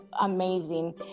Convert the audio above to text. amazing